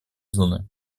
зоны